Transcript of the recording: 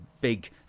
big